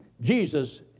Jesus